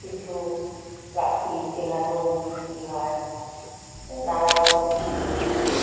কিছু রাখি সেখানেও বিক্রি হয় নানারকম জিনিস